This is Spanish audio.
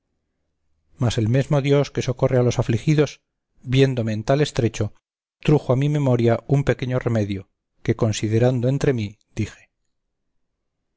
mas el mesmo dios que socorre a los afligidos viéndome en tal estrecho trujo a mi memoria un pequeño remedio que considerando entre mí dije